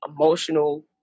emotional